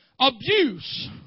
Abuse